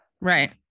Right